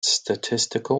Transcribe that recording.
statistical